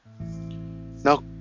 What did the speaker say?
Now